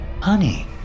Honey